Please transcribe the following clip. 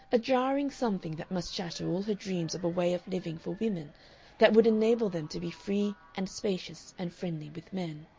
a jarring something that must shatter all her dreams of a way of living for women that would enable them to be free and spacious and friendly with men,